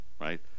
right